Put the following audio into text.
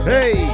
Hey